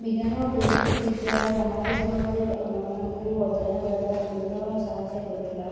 ବିଜ୍ଞାନ ଓ ପ୍ରଯୁକ୍ତି ବିିଦ୍ୟା ମହାମାରୀ ସମାଜରେ ଆମମାନଙ୍କୁ ଅଧ୍ୟୟନ କରିବା ପାଇଁ ଅନେକ ସାହାଯ୍ୟ କରିଥିଲା